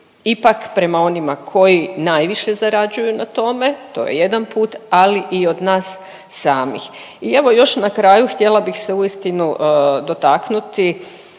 ipak prema onima koji najviše zarađuju na tome, to je jedan put, ali i od nas samih. I evo, još na kraju, htjela bih se uistinu dotaknuti